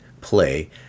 Play